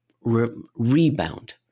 rebound